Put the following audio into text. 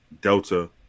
delta